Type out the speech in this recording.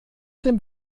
dem